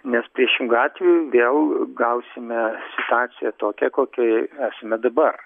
nes priešingu atveju vėl gausime situaciją tokią kokioj esame dabar